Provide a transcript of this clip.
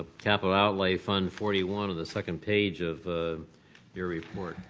capital outlay fund forty one of the second page of your report.